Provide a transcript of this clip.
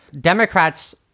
Democrats